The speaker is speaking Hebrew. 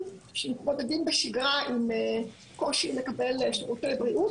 שמתמודדים בשגרה עם קושי לקבל שירותי בריאות,